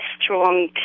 strong